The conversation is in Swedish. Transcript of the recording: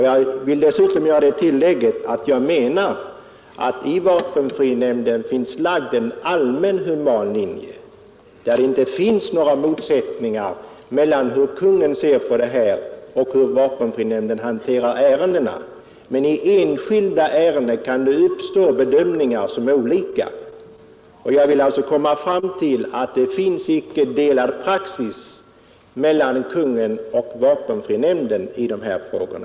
Jag vill dessutom göra det tillägget att jag menar att det i vapenfrinämnden finns en allmänt human linje, som gör att det inte finns några motsättningar mellan Kungl. Maj:ts syn på detta och vapenfrinämndens hantering av ärendena, I enskilda ärenden kan det emellertid uppstå olika bedömningar, Jag menar alltså att det inte finns någon delad praxis mellan Kungl. Maj:t och vapenfrinämnden i dessa frågor.